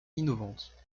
innovantes